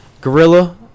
Gorilla